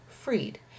freed